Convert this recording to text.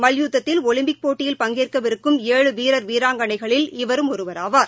மல்யுத்தத்தில் Olympic போட்டியில் பங்கேற்கவிருக்கும் ஏழு வீரர் வீராங்கனைகளில் இவரும் ஒருவர் ஆவார்